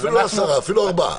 אפילו לא עשרה, אפילו ארבעה.